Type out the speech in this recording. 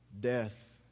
Death